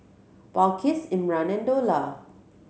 Balqis Imran and Dollah